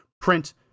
print